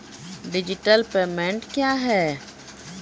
Digital payment क्या हैं?